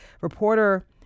reporter